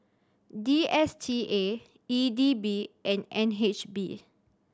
D S T A E D B and N H B